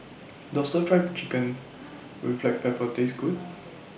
Does Stir Fried Chicken with Black Pepper Taste Good